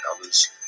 others